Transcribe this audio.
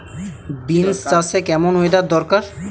Beans চাষে কেমন weather দরকার?